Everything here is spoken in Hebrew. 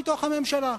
מתוך הממשלה.